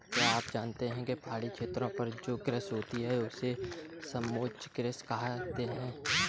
क्या आप जानते है पहाड़ी क्षेत्रों पर जो कृषि होती है उसे समोच्च कृषि कहते है?